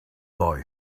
boy